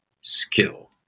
skill